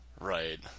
right